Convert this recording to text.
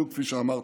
בדיוק כפי שאמרת,